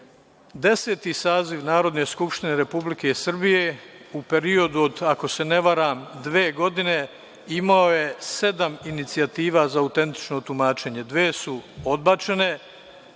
saziv Narodne skupštine Republike Srbije u periodu, ako se ne varam dve godine imao je sedam inicijativa za autentično tumačenje. Dve su odbačene,